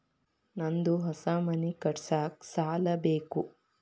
ನಂದು ಹೊಸ ಮನಿ ಕಟ್ಸಾಕ್ ಸಾಲ ಬೇಕು